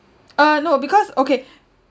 uh no because okay